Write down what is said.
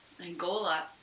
Angola